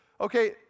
okay